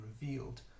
revealed